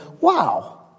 wow